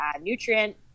nutrient